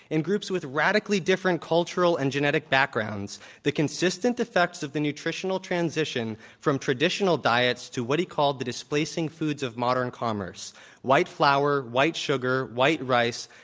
in groups with radically different cultural and genetic backgrounds the consistent effects of the nutritional transition from traditional diets to what he called the displacing foods of modern commerce white flower, white sugar, white rice,